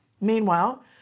Meanwhile